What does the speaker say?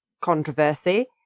controversy